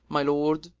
my lord?